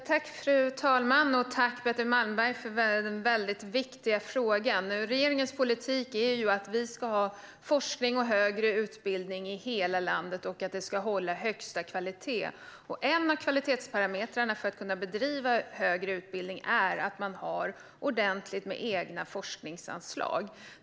Fru talman! Tack, Betty Malmberg, för den viktiga frågan! Regeringens politik är att vi ska ha forskning och högre utbildning i hela landet, och att den ska hålla högsta kvalitet. En av kvalitetsparametrarna för att kunna bedriva högre utbildning är att man har ordentligt med egna forskningsanslag.